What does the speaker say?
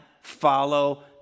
follow